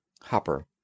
Hopper